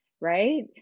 Right